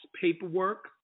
paperwork